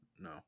No